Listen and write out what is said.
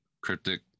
Cryptic